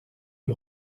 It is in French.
lui